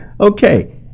Okay